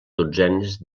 dotzenes